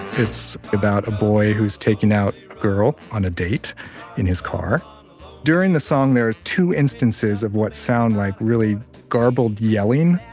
it's, about a boy who's taking out a girl on a date in his car during the song, there's two instances of what sound like really garbled yelling,